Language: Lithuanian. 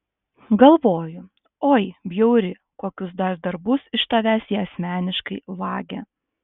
galvoju oi bjauri kokius dar darbus iš tavęs jie asmeniškai vagia